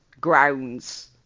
grounds